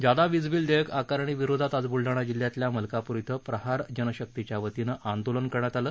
जादा वीजबिल देयक आकारणी विरोधात आज बुलडाणा जिल्ह्यातल्या मलकापूर ििं प्रहार जनशक्तीच्या वतीनं आंदोलन करण्यात आलं